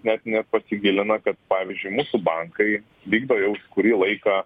net nepasigilina kad pavyzdžiui mūsų bankai vykdo jau kurį laiką